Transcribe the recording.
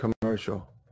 commercial